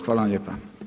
Hvala vam lijepa.